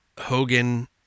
Hogan